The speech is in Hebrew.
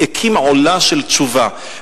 "הקים עולה של תשובה".